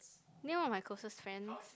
Neon were my closest friends